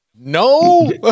No